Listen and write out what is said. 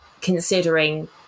considering